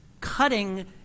cutting